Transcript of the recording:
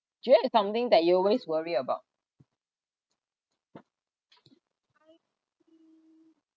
do you have something that you always worry about